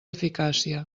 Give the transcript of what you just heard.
eficàcia